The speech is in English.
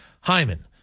Hyman